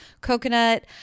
coconut